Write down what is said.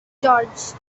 george